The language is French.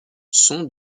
sont